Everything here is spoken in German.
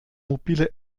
mobile